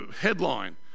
headline